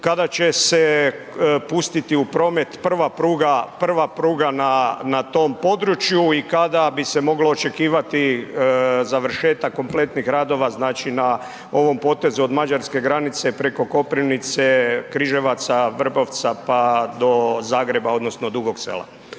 kada će se pustiti u promet prva pruga na tom području i kada bi se moglo očekivati završetak kompletnih radova znači na ovom potezu od Mađarske granice preko Koprivnice, Križevaca, Vrbovca, pa do Zagreba, odnosno Dugog Sela.